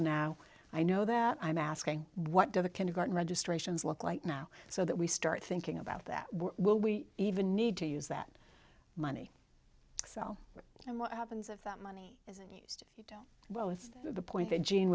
and now i know that i'm asking what do the kindergarten registrations look like now so that we start thinking about that will we even need to use that money sell and what happens if that money is what was the point that gene